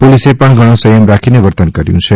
પોલીસે પણ ઘણો સંયમ રાખીને વર્તન કર્યું છે